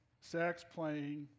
sax-playing